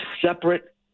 separate